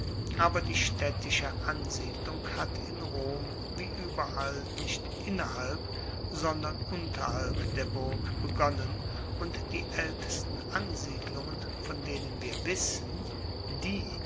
aber die staedtische ansiedlung hat in rom wie ueberall nicht innerhalb sondern unterhalb der burg begonnen und die aeltesten ansiedlungen von denen wir wissen die